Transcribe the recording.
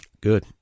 Good